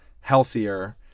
healthier